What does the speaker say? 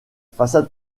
façade